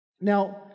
Now